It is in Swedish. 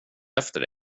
efter